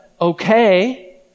okay